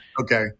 Okay